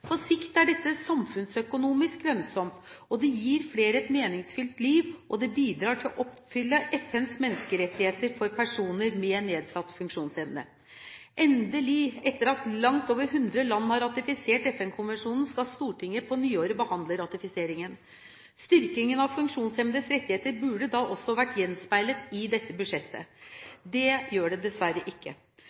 På sikt er dette samfunnsøkonomisk lønnsomt, det gir flere et meningsfullt liv, og det bidrar til å oppfylle FNs menneskerettigheter for personer med nedsatt funksjonsevne. Endelig, etter at langt over 100 land har ratifisert FN-konvensjonen, skal Stortinget på nyåret behandle ratifiseringen. Styrkingen av funksjonshemmedes rettigheter burde da også vært gjenspeilet i dette budsjettet. Det gjør det dessverre ikke.